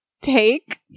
take